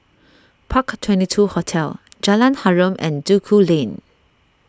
Park Twenty two Hotel Jalan Harum and Duku Lane